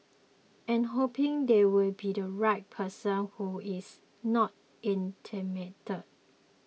and hoping there will be the right person who is not intimidated